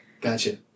gotcha